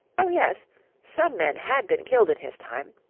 oh, yes some men had been killed in his time,